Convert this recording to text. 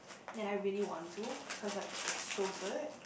and I really want to cause like it's so good